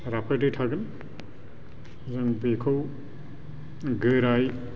राफोदै थागोन जों बेखौ गोरायै